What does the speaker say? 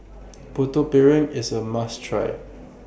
Putu Piring IS A must Try